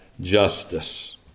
justice